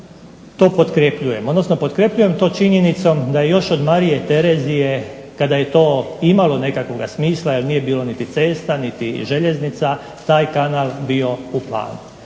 to potkrepljujem, odnosno potkrepljujem to činjenicom da je još od Marije Terezije kada je to imalo nekakvoga smisla jer nije bilo niti cesta niti željeznica, taj kanal bio u planu.